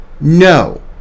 no